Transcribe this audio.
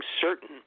certain